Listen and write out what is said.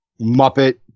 Muppet